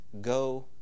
go